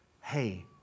Hey